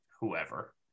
whoever